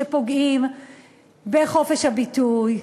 שפוגעים בחופש הביטוי,